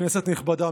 כנסת נכבדה,